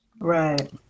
Right